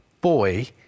boy